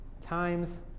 times